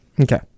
Okay